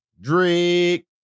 Drake